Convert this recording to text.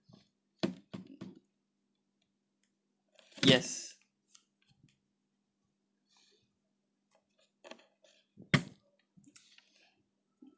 yes